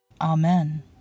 Amen